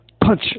Punch